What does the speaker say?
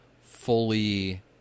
fully